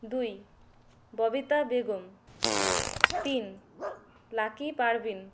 দুই ববিতা বেগম তিন লাকি পারভিন